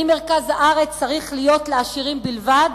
האם מרכז הארץ צריך להיות לעשירים בלבד?